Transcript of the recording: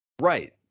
Right